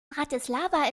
bratislava